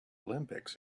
olympics